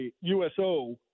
USO